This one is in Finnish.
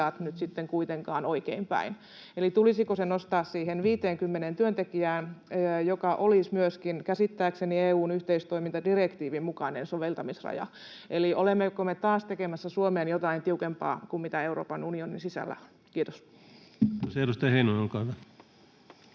nyt sitten kuitenkaan oikeinpäin. Eli tulisiko se nostaa siihen 50 työntekijään, mikä olisi käsittääkseni myöskin EU:n yhteistoimintadirektiivin mukainen soveltamisraja? Eli olemmeko me taas tekemässä Suomeen jotain tiukempaa kuin mitä Euroopan unionin sisällä on? — Kiitos. Kiitoksia. — Edustaja Heinonen, olkaa hyvä.